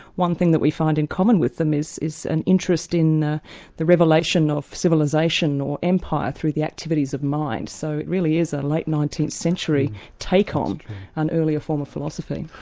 one thing that we find in common with them is is an interest in the revelation of civilisation or empire through the activities of mind, so it really is a late nineteenth century take um on an earlier form of philosophy.